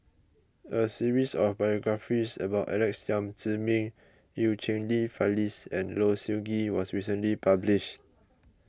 a series of biographies about Alex Yam Ziming Eu Cheng Li Phyllis and Low Siew Nghee was recently published